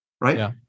right